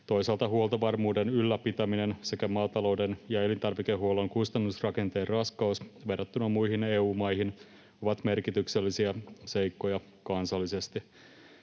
Toisaalta huoltovarmuuden ylläpitäminen sekä maatalouden ja elintarvikehuollon kustannusrakenteen raskaus verrattuna muihin EU-maihin ovat merkityksellisiä seikkoja kansallisesti.